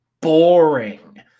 boring